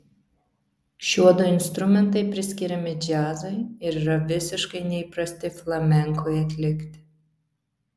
šiuodu instrumentai priskiriami džiazui ir yra visiškai neįprasti flamenkui atlikti